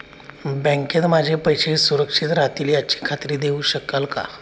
बँकेत माझे पैसे सुरक्षित राहतील याची खात्री देऊ शकाल का?